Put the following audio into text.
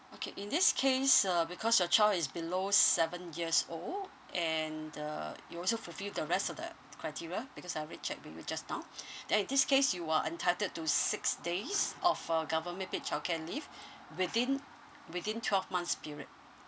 okay in this case uh because your child is below seven years old and uh you also fulfill the rest of the criteria because I already check with you just now then in this case you are entitled to six days of uh government paid childcare leave within within twelve months' period